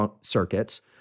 circuits